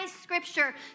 scripture